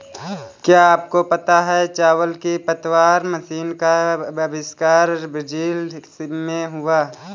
क्या आपको पता है चावल की पतवार मशीन का अविष्कार ब्राज़ील में हुआ